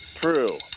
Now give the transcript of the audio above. True